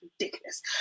ridiculous